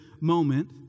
moment